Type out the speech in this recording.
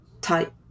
type